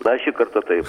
na šį kartą taip